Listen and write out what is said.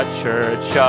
church